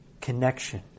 connection